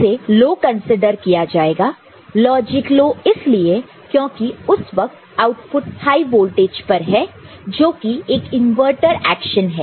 उसे low consider किया जाएगा लॉजिक लो इसलिए क्योंकि उस वक्त आउटपुट हाई वोल्टेज पर है जो कि एक इनवर्टर एक्शन है